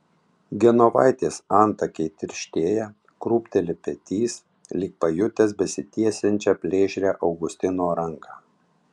genovaitės antakiai tirštėja krūpteli petys lyg pajutęs besitiesiančią plėšrią augustino ranką